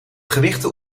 gewichten